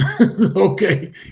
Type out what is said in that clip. Okay